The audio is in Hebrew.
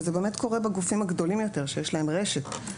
וזה קורה בגופים הגדולים יותר שיש להם רשת,